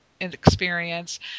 experience